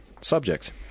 subject